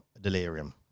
delirium